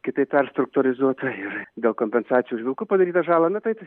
kitaip perstruktūrizuota ir dėl kompensacijų už vilkų padarytą žalą na tai